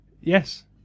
Yes